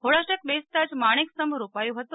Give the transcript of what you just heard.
હોળાષ્ટક બેસતા જ માણેકસ્તંભ રોપાયો હતો